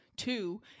two